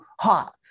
hot